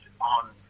on